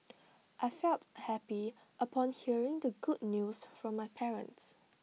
I felt happy upon hearing the good news from my parents